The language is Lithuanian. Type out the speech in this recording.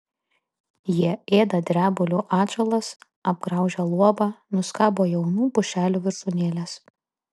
jie ėda drebulių atžalas apgraužia luobą nuskabo jaunų pušelių viršūnėles